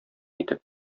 итеп